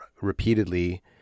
repeatedly